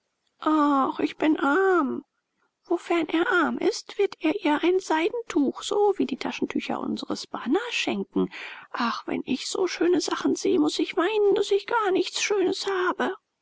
ich bin arm wofern er arm ist wird er ihr ein seidentuch so wie die taschentücher unsres bana schenken ach wenn ich so schöne sachen sehe muß ich weinen daß ich gar nichts schönes habe